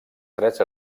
tres